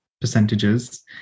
percentages